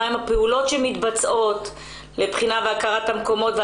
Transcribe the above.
מה הן הפעולות שמתבצעות לבחינה והכרת המקומות,